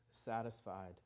satisfied